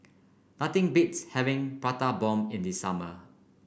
nothing beats having Prata Bomb in the summer